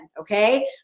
okay